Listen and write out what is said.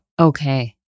Okay